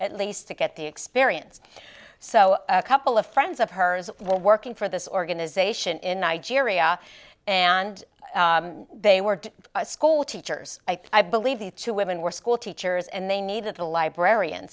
at least to get the experience so a couple of friends of hers were working for this organization in nigeria and they were schoolteachers i believe the two women were schoolteachers and they needed a librarian